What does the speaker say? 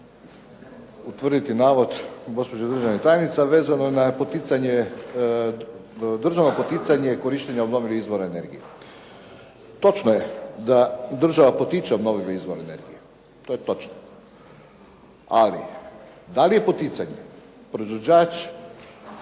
utvrditi navod gospođe državne tajnice a vezano je državno poticanje korištenja obnovljivih izvora energija. Točno je da država potiče obnovljivi izvor energije to je točno, ali da li je poticanje proizvođač